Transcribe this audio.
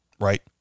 right